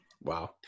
wow